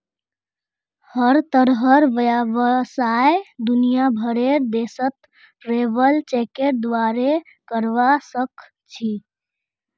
हर तरहर व्यवसाय दुनियार भरेर देशत ट्रैवलर चेकेर द्वारे करवा सख छि